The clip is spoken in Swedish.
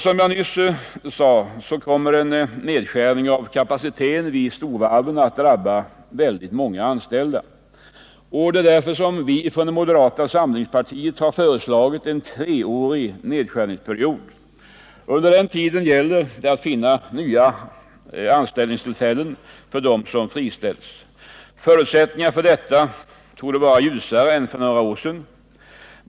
Som jag nyss nämnt kommer en nedskärning av kapaciteten vid storvarven att drabba väldigt många anställda. Det är därför vi från moderata samlingspartiet föreslagit en treårig nedskärningsperiod. Under denna tid gäller det att finna nya anställningstillfällen för dem som friställs. Förutsättningarna för detta torde vara ljusare än för några år sedan.